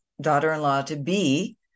daughter-in-law-to-be